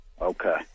Okay